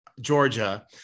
Georgia